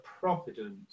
providence